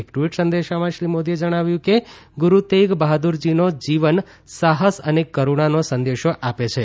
એક ટ્વીટ સંદેશામાં શ્રી મોદીએ જણાવ્યું કે ગુરૂ તેગ બહાદુરજીનો જીવન સાહસ અને કરૂણાનો સંદેશો આપે છે